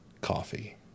Coffee